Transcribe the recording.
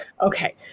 Okay